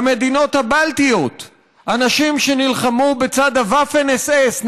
במדינות הבלטיות אנשים שנלחמו בצד הוואפן אס.אס.,